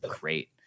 great